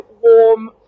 warm